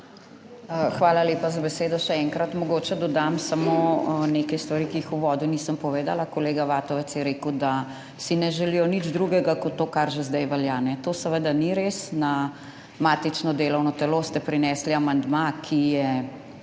Hvala lepa za besedo, še enkrat. Mogoče dodam samo nekaj stvari, ki jih v uvodu nisem povedala. Kolega Vatovec je rekel, da si ne želijo nič drugega kot to, kar že zdaj velja. To seveda ni res. Na matično delovno telo ste prinesli amandma, ki je